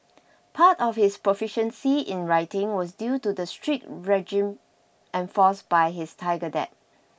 part of his proficiency in writing was due to the strict regime enforced by his tiger dad